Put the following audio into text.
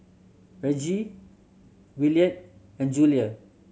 Reggie Williard and Julia